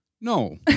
No